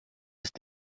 ist